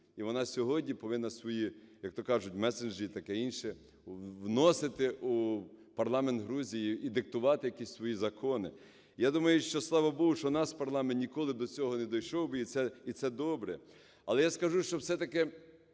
і вона сьогодні повинна свої, як то кажуть, меседжі і таке інше вносити в парламент Грузії і диктувати якісь свої закони. Я думаю, що слава Богу, що у нас парламент ніколи до цього не дійшов би і це добре. Але я скажу, що все-таки